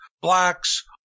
blacks